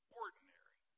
ordinary